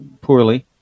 poorly